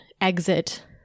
exit